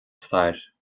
stair